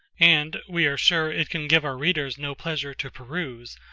and we are sure it can give our readers no pleasure to peruse,